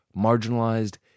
marginalized